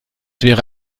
wäre